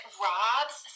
robs